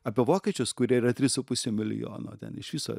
apie vokiečius kurie yra trys su puse milijono ten iš viso